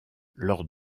lors